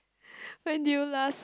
when did you last